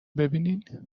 ببینین